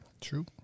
true